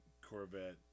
Corvette